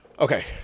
Okay